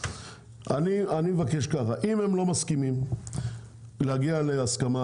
אם הם לא מסכימים להגיע להסכמה,